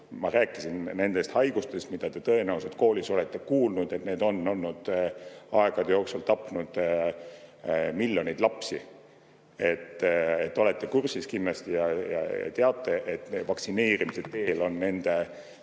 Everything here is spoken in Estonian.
Ma rääkisin nendest haigustest, mille puhul te tõenäoliselt koolis olete kuulnud, et need on aegade jooksul tapnud miljoneid lapsi. Te olete kindlasti kursis ja teate, et vaktsineerimisega on nende